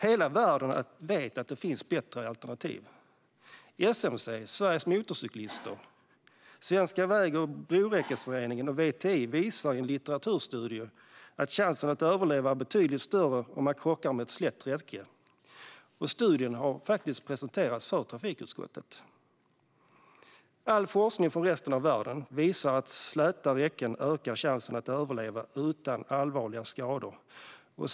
Hela världen vet att det finns bättre alternativ. Sveriges Motorcyklister, Svenska Väg och Broräckesföreningen och VTI visar i en litteraturstudie att chansen att överleva är betydligt större om man krockar med ett slätt räcke. Studien har presenterats för trafikutskottet. All forskning från resten av världen visar att släta räcken ökar chansen att överleva utan allvarliga skador.